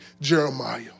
Jeremiah